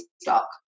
stock